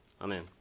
Amen